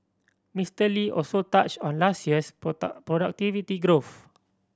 Mister Lee also touched on last year's productivity growth